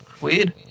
weird